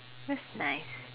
that's nice